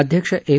अध्यक्ष एम